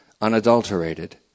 unadulterated